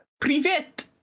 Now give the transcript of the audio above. Privet